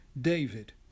David